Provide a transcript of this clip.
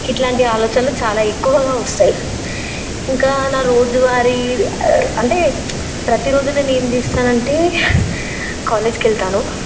ఇట్లాంటి ఆలోచనలు చాలా ఎక్కువగా వస్తాయి ఇంకా నా రోజు వారీ అంటే ప్రతి రోజు నేనేం చేస్తానంటే కాలేజ్కి వెళ్తాను